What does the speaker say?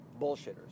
bullshitters